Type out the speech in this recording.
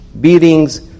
beatings